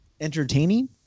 entertaining